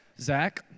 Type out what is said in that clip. Zach